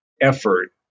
effort